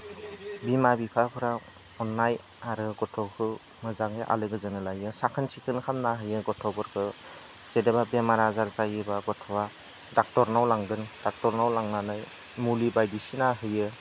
बिमा बिफाफोरा अननाय आरो गथ'खौ मोजाङै आलोगोजोनै लायो साखोन सिखोन खालाना होयो गथ'फोरखौ जेनेबा बेमार आजार जायोब्ला गथ'आ ड'क्टरना लांगोन ड'क्टरनाव लांनानै मुलि बायदिसिन होयो